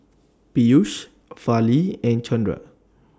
Peyush Fali and Chandra